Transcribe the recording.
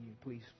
please